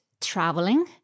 traveling